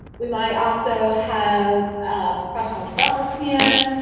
we might also have a professional development plan,